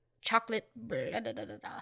chocolate